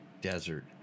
desert